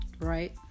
right